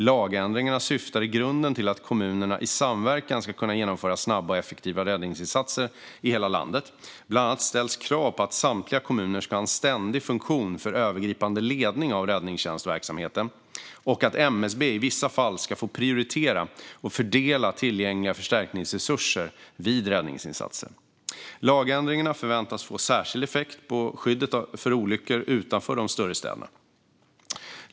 Lagändringarna syftar i grunden till att kommunerna i samverkan ska kunna genomföra snabba och effektiva räddningsinsatser i hela landet. Bland annat ställs krav på att samtliga kommuner ska ha en ständig funktion för övergripande ledning av räddningstjänstverksamheten och att MSB i vissa fall ska få prioritera och fördela tillgängliga förstärkningsresurser vid räddningsinsatser. Lagändringarna förväntas få särskild effekt på skyddet mot olyckor utanför de större städerna.